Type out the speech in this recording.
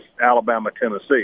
Alabama-Tennessee